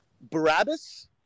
Barabbas